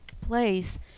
place